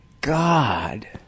God